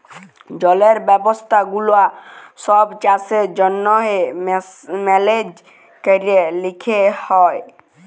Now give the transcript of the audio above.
জলের ব্যবস্থা গুলা ছব চাষের জ্যনহে মেলেজ ক্যরে লিতে হ্যয়